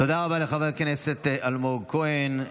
תודה רבה לחבר הכנסת אלמוג כהן.